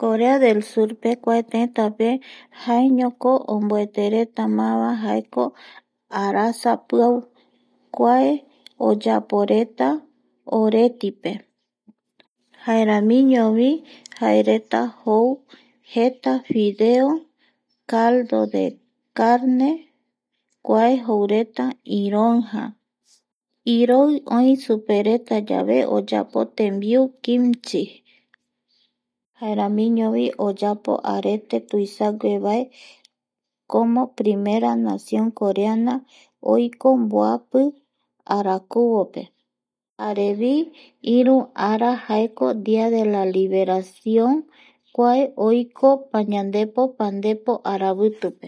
Corea del Surpe kua tëtäpe jaeñoko omboetereta máva arasapiau kua oyaporeta oretipe jaeramiñovi jaereta jou jeta fideo caldo de carne kua joureta iroija iroi oi supereta yave oyapo tembiu kimchi jaeramiñovi oyapo arete tuisavae como primera nación coreana oiko mboapi arakuvope jarevi iru ara jaeko dia de la liberación kua oiko pañandepo pandepo aravitupe